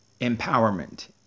empowerment